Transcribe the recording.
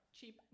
cheap